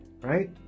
right